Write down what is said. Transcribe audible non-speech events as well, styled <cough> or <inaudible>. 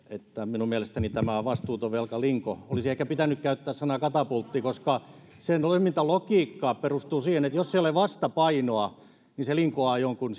minun mielestäni tämä on vastuuton velkalinko olisi ehkä pitänyt käyttää sanaa katapultti koska sen toimintalogiikka perustuu siihen että jos ei ole vastapainoa niin se linkoaa jonkun <unintelligible>